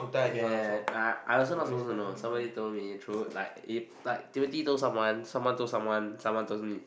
ya I I also not suppose to know somebody told me true like if but Timothy told someone someone told someone someone told me